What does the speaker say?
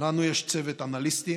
יש לנו צוות אנליסטים,